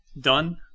Done